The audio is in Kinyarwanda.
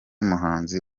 muhanzi